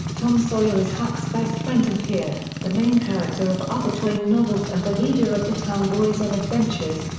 tom sawyer is huck's best friend and peer, the main character of other twain novels and the leader of the town boys in and adventures,